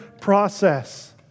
process